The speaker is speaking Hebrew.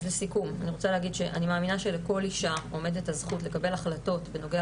אז לסיכום אני מאמינה שלכל אישה עומדת הזכות לקבל החלטות בנוגע